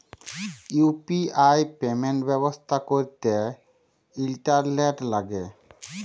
UPI payment ব্যবস্থা ক্যরতে internet ল্যাগে